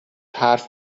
حرف